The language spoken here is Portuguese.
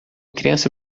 criança